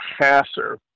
passer